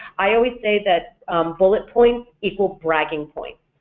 i always say that bullet points equal bragging points,